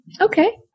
okay